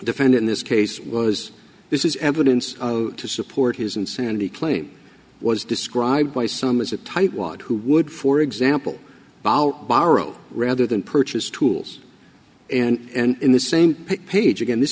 defend in this case was this is evidence to support his insanity claim was described by some as a tightwad who would for example borrow rather than purchase tools and in the same page again this